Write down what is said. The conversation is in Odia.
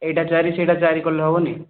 ଏଇଟା ଚାରି ସେଇଟା ଚାରି କଲେ ହେବନି